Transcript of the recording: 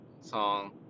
song